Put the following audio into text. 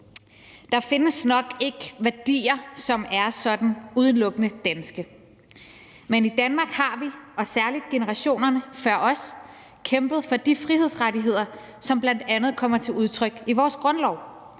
Der findes nok ikke værdier, som er sådan udelukkende danske, men i Danmark har vi, og særlig generationerne før os, kæmpet for de frihedsrettigheder, som bl.a. kommer til udtryk i vores grundlov.